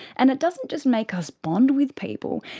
and it doesn't just make us bond with people,